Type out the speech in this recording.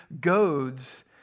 goads